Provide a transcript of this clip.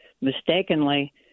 mistakenly